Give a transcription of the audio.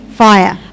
fire